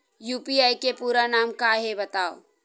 UPI के पूरा नाम का हे बतावव?